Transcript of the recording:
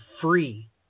free